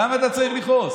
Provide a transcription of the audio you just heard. למה אתה צריך לכעוס?